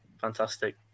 Fantastic